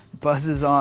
buzzes ah